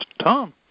Tom